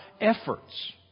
efforts